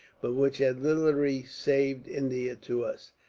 but which had literally saved india to us.